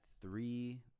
three